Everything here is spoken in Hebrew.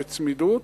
בצמידות,